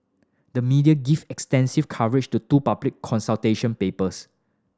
the media give extensive coverage to two public consultation papers